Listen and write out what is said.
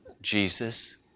Jesus